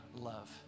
love